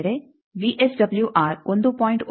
ಮತ್ತೊಂದೆಡೆ ವಿಎಸ್ಡಬ್ಲ್ಯೂಆರ್ 1